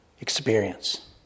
experience